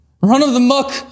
run-of-the-muck